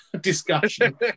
discussion